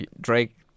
Drake